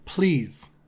Please